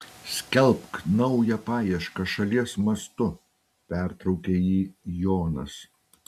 skelbk naują paiešką šalies mastu pertraukė jį jonas